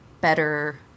better